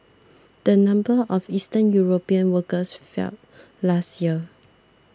the number of Eastern European workers fell last year